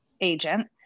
agent